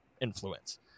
influence